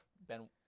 Ben